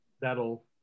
that'll